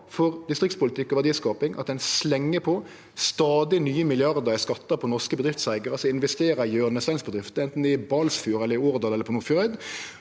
for distriktspolitikk og verdiskaping at ein slengjer på stadig nye milliardar i skattar for norske bedriftseigarar som investerer i hjørnesteinsbedrifter, anten det er i Balsfjord, i Årdal eller på Nordfjordeid.